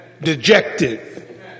dejected